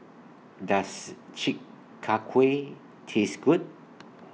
Does Chi Kak Kuih Taste Good